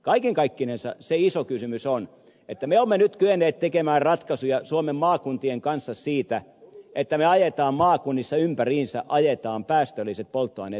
kaiken kaikkinensa se iso kysymys on että me olemme nyt kyenneet tekemään ratkaisuja suomen maakuntien kanssa siitä että me ajamme maakunnissa alas päästölliset polttoaineet